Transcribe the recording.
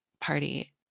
party